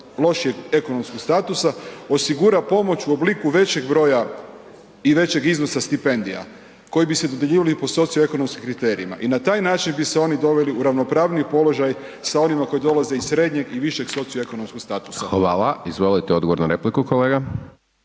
lošijeg ekonomskog statusa osigura pomoć u obliku većeg broja i većeg iznosa stipendija koji bi se dodjeljivali po socioekonomskim kriterijima i na taj način bi se oni doveli u ravnopravniji položaj sa onima koji dolaze iz srednjeg i višeg socioekonomskog statusa. **Hajdaš Dončić, Siniša